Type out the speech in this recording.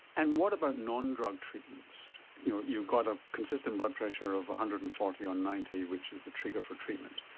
and what about non-drug treatments? you know you've got a consistent blood pressure of one hundred and forty on ninety which is the trigger for treatment,